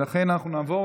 אנחנו נעבור